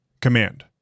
Command